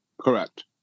Correct